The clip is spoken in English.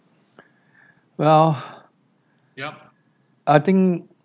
well I think